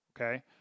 okay